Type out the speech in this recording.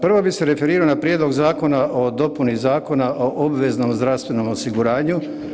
Prvo bi se referirao na prijedlog Zakona o dopuni Zakona o obveznom zdravstvenom osiguranju.